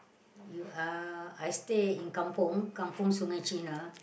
you uh I stay in kampung Kampung-Sungai-Cina